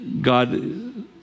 God